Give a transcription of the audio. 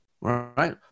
Right